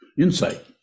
insight